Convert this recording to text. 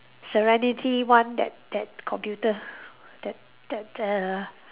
serenity one that that computer that that err